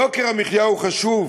יוקר המחיה הוא חשוב,